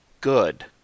good